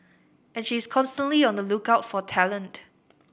and she is constantly on the lookout for talent